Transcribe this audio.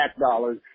dollars